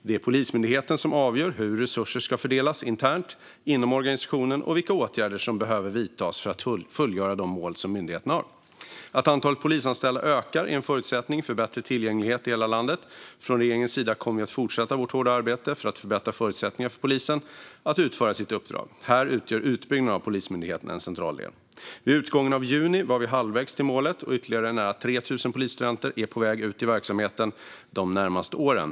Det är Polismyndigheten som avgör hur resurser ska fördelas internt inom organisationen och vilka åtgärder som behöver vidtas för att fullgöra de mål som myndigheten har. Att antalet polisanställda ökar är en förutsättning för bättre tillgänglighet i hela landet. Från regeringens sida kommer vi att fortsätta vårt hårda arbete för att förbättra förutsättningarna för polisen att utföra sitt uppdrag. Här utgör utbyggnaden av Polismyndigheten en central del. Vid utgången av juni var vi halvvägs till målet, och ytterligare nära 3 000 polisstudenter är på väg ut i verksamheten de närmaste åren.